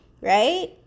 right